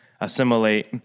assimilate